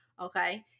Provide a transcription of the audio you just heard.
Okay